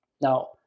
Now